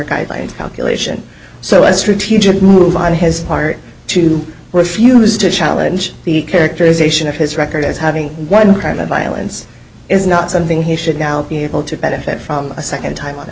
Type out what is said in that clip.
higher calculation so as a strategic move on his part to refuse to challenge the characterization of his record as having one crime of violence is not something he should now be able to benefit from a second time o